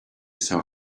saw